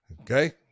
Okay